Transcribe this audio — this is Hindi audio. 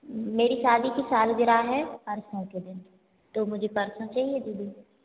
मेरी शादी की सालगिरह है के दिन तो मुझे परसों चाहिये दीदी